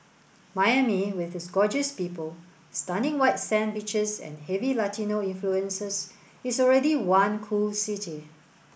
Miami with its gorgeous people stunning white sand beaches and heavy Latino influences is already one cool city